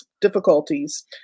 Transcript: difficulties